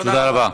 תודה רבה.